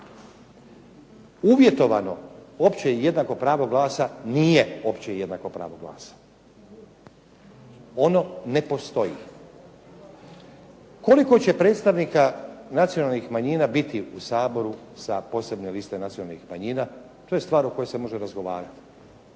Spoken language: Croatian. Uvjetovano opće i jednako pravo glasa nije opće i jednako pravo glasa. Ono ne postoji. Koliko će predstavnika nacionalnih manjina biti u Saboru sa posebne liste nacionalnih manjina, to je stvar o kojoj se može razgovarati.